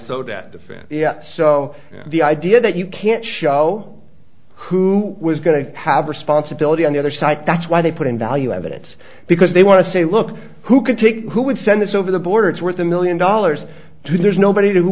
defense so the idea that you can't show who was going to have responsibility on the other side that's why they put in value evidence because they want to say look who can take who would send this over the border it's worth a million dollars there's nobody who